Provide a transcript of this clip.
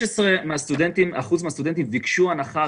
16% מהסטודנטים ביקשו הנחה,